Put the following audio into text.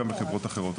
גם לחברות אחרות.